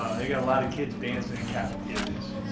you got a lot of kids dancing in cafeterias.